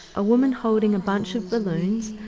a woman holding a bunch of balloons,